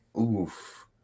Oof